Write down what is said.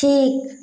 ঠিক